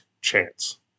chance